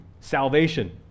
salvation